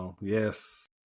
Yes